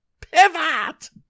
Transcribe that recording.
Pivot